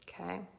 Okay